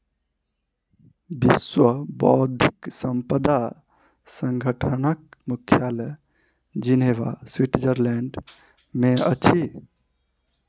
विश्व बौद्धिक संपदा संगठनक मुख्यालय जिनेवा, स्विट्ज़रलैंड में अछि